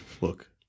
Look